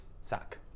suck